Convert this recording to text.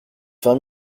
vingt